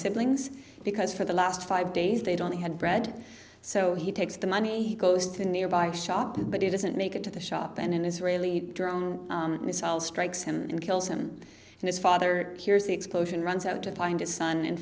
siblings because for the last five days they don't had bread so he takes the money goes to a nearby shop but he doesn't make it to the shop and an israeli drone missile strikes him and kills him and his father here's the explosion runs out to find his son and